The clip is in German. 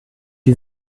die